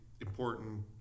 important